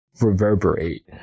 reverberate